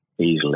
easily